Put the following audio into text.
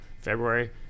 february